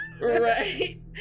Right